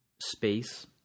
space